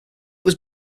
was